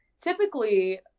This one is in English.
typically